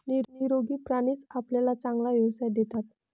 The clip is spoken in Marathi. निरोगी प्राणीच आपल्याला चांगला व्यवसाय देतात